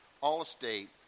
all-estate